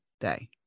day